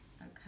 Okay